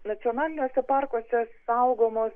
nacionaliniuose parkuose saugomos